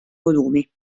volumi